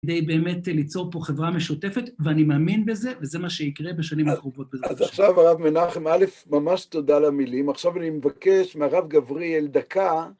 כדי באמת ליצור פה חברה משותפת, ואני מאמין בזה, וזה מה שיקרה בשנים הקרובות בזה. אז עכשיו הרב מנחם, א', ממש תודה על המילים, עכשיו אני מבקש מהרב גבריאל דקה,